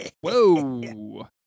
Whoa